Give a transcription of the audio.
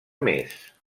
més